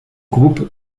groupe